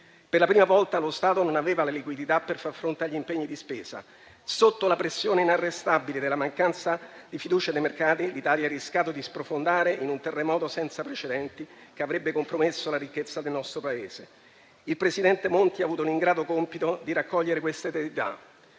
per la prima volta lo Stato non aveva la liquidità per far fronte agli impegni di spesa. Sotto la pressione inarrestabile della mancanza di fiducia dei mercati, l'Italia ha rischiato di sprofondare in un terremoto senza precedenti che avrebbe compromesso la ricchezza del nostro Paese. Il presidente Monti ha avuto l'ingrato compito di raccogliere questa eredità.